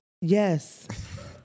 Yes